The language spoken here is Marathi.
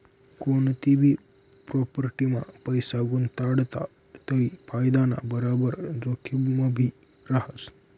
कोनतीभी प्राॅपटीमा पैसा गुताडात तरी फायदाना बराबर जोखिमभी रहास